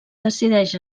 decideix